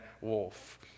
wolf